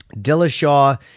Dillashaw